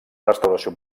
restauració